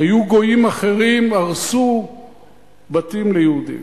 היו גויים אחרים, הרסו בתים ליהודים.